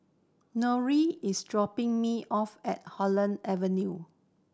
Norine is dropping me off at Holland Avenue